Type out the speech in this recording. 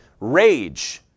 rage